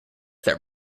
that